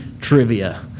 trivia